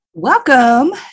Welcome